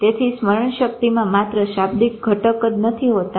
તેથી સ્મરણ શક્તિમાં માત્ર શાબ્દિક ઘટક નથી હોતા